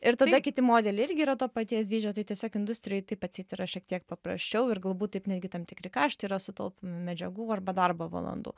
ir tada kiti modeliai irgi yra to paties dydžio tai tiesiog industrijoje taip atseit yra šiek tiek paprasčiau ir galbūt taip netgi tam tikri kaštai yra sutaupomi medžiagų arba darbo valandų